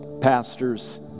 pastors